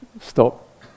stop